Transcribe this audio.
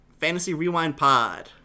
fantasyrewindpod